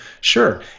sure